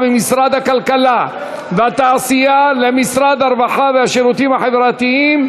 ממשרד הכלכלה והתעשייה למשרד הרווחה והשירותים החברתיים.